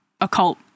occult